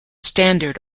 standard